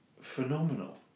phenomenal